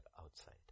outside